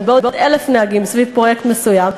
בעוד 1,000 נהגים סביב פרויקט מסוים,